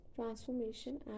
transformation